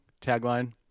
tagline